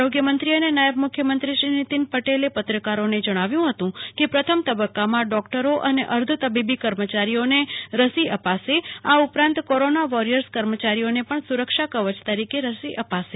આરોગ્યમંત્રી અને નાથબ મુખ્યમંત્રી શ્રી નીતિન પટેલે પત્રકારોને જણાવ્યું હતું કે પ્રથમ તબક્કામાં ડૉક્ટરો અને અર્ધ તબીબી કર્મચારીઓને રસી અપાશે આ ઉપરાંત કોરોના વૉરિયર્સ કર્મચારીઓને પણ સુરક્ષા કવય તરીકે રસી અપાશે